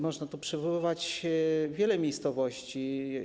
Można tu przywoływać wiele miejscowości.